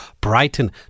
Brighton